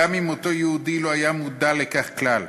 גם אם אותו יהודי לא היה מודע לכך כלל,